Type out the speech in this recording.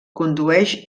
condueix